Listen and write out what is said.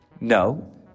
No